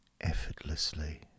effortlessly